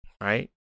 Right